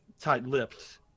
tight-lipped